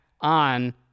on